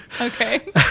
Okay